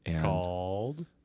Called